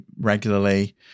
regularly